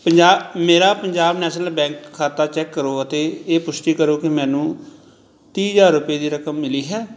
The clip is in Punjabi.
ਪੰਜਾ ਮੇਰਾ ਪੰਜਾਬ ਨੈਸ਼ਨਲ ਬੈਂਕ ਖਾਤਾ ਚੈੱਕ ਕਰੋ ਅਤੇ ਇਹ ਪੁਸ਼ਟੀ ਕਰੋ ਕਿ ਮੈਨੂੰ ਤੀਹ ਹਜ਼ਾਰ ਰੁਪਏ ਦੀ ਰਕਮ ਮਿਲੀ ਹੈ